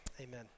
amen